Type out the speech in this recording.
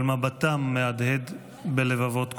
אבל מבטם מהדהד בלבבות כולנו.